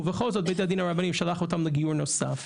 ובכל זאת בית הדין הרבני שלח אותם לגיור נוסף.